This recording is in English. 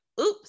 Oops